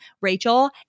Rachel